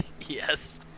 Yes